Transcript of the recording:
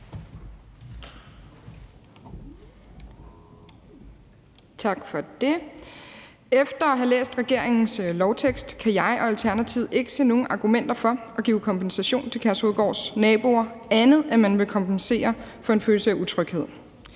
Tak for det. Efter at have læst regeringens lovforslagstekst kan jeg og Alternativet ikke se nogen argumenter for at give kompensation til Kærshovedgårds naboer, andet end at man vil kompensere for en følelse af utryghed.